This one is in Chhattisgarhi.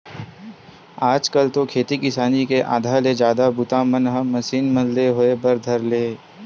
आज कल तो खेती किसानी के आधा ले जादा बूता मन ह मसीन मन ले होय बर धर ले हे